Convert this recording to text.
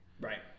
Right